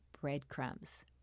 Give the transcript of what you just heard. breadcrumbs